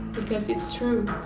because it's true.